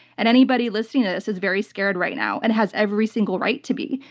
and anybody listening to this is very scared right now and has every single right to be.